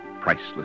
priceless